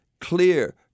clear